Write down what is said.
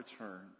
return